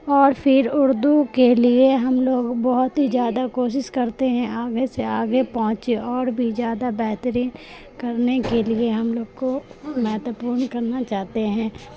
اور پھر اردو کے لیے ہم لوگ بہت ہی زیادہ کوشس کرتے ہیں آگے سے آگے پہنچے اور بھی زیادہ بہتری کرنے کے لیے ہم لوگ کو مہتوپورن کرنا چاہتے ہیں